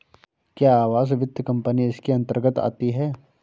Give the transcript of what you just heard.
क्या आवास वित्त कंपनी इसके अन्तर्गत आती है?